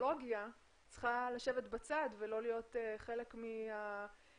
טכנולוגיה צריכה לשבת בצד ולא להיות חלק מהתחומים